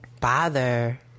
bother